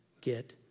get